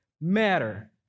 matter